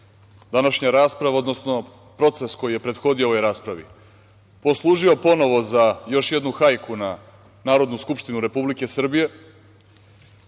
današnja rasprava, odnosno proces koji je prethodio ovoj raspravi poslužio ponovo za još jednu hajku na Narodnu skupštinu Republike Srbije,